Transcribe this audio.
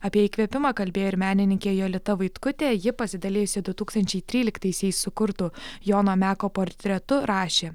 apie įkvėpimą kalbėjo ir menininkė jolita vaitkutė ji pasidalijusi du tūkstančiai tryliktaisiais sukurtu jono meko portretu rašė